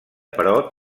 però